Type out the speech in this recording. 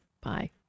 Bye